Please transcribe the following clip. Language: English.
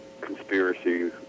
conspiracy